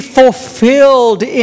fulfilled